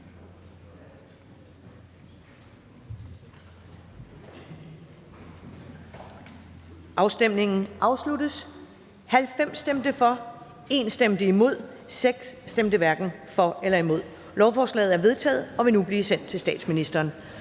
FG og Simon Emil Ammitzbøll (UFG)), ingen stemte hverken for eller imod. Lovforslaget er vedtaget og vil nu blive sendt til statsministeren.